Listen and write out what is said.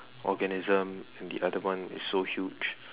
organism and the other one is so huge